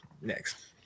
next